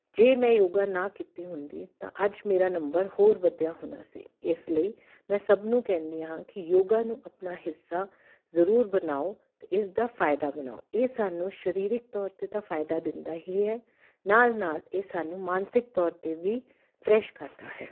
ਜੇ ਮੈਂ ਯੋਗਾ ਨਾ ਕੀਤੀ ਹੁੰਦੀ ਤਾਂ ਅੱਜ ਮੇਰਾ ਨੰਬਰ ਹੋਰ ਵਧਿਆ ਹੋਣਾ ਸੀ ਇਸ ਲਈ ਮੈਂ ਸਭ ਨੂੰ ਕਹਿੰਦੀ ਹਾਂ ਕਿ ਯੋਗਾ ਨੂੰ ਆਪਣਾ ਹਿੱਸਾ ਜ਼ਰੂਰ ਬਣਾਓ ਅਤੇ ਇਸ ਦਾ ਫਾਇਦਾ ਬਣਾਓ ਇਹ ਸਾਨੂੰ ਸਰੀਰਕ ਤੌਰ 'ਤੇ ਤਾਂ ਫਾਇਦਾ ਦਿੰਦਾ ਹੀ ਹੈ ਨਾਲ ਨਾਲ ਇਹ ਸਾਨੂੰ ਮਾਨਸਿਕ ਤੌਰ 'ਤੇ ਵੀ ਫਰੈਸ਼ ਕਰਦਾ ਹੈ